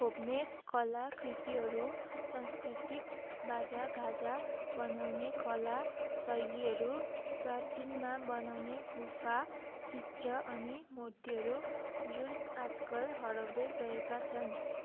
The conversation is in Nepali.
खोप्ने कलाकृतिहरू सांस्कृतिक बाजागाजा बनाउने कला शैलीहरू प्राचीनमा बनाउने गुफाचित्र अनु मूर्तिहरू जुन आजकल हराउँदै गएका छन्